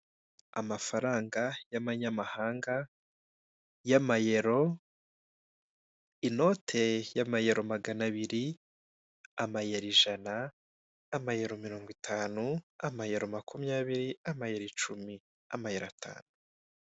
Amafaranga y'amanyamahanga y'amayero, inote y'amayero ijana, amayero ijana, amayero mirongo itanu, amayero makumyabiri, amayero icumi, amayero atanu.